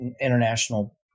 international